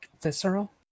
visceral